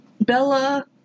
Bella